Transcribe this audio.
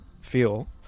feel